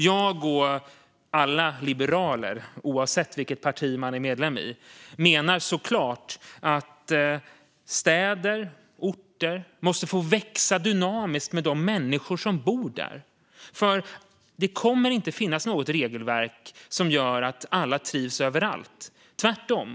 Jag och alla liberaler - det gäller oavsett vilket parti man är medlem i - menar att städer och orter såklart måste få växa dynamiskt med de människor som bor där. Det kommer inte att finnas något regelverk som gör att alla trivs överallt, tvärtom.